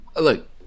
look